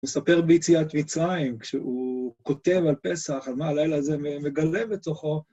מספר ביציאת מצרים, כשהוא כותב על פסח, על מה הלילה הזה מגלה בתוכו.